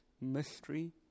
mystery